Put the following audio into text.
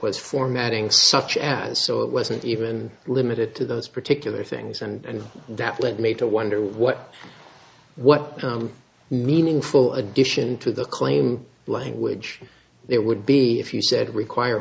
was formatting such as so it wasn't even limited to those particular things and that led me to wonder what what meaningful addition to the claim language there would be if you said require